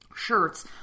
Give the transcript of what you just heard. shirts